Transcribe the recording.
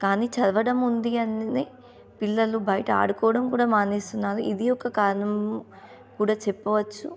కానీ చదవడం ఉంది అనేది పిల్లలు బయట ఆడుకోవడం కూడా మానేస్తున్నారు ఇది ఒక కారణం కూడా చెప్పవచ్చు